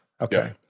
Okay